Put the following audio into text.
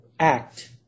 Act